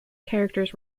characters